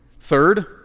Third